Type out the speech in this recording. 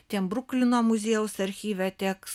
tiem bruklino muziejaus archyve tiek